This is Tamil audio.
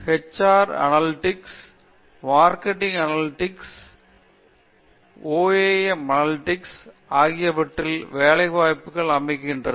HR analytics marketing analytics OM analytics ஆகியவற்றில் வேலைவாய்ப்பு அமைகிறது